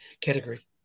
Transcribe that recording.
category